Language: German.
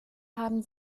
haben